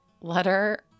letter